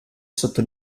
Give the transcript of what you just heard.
sotto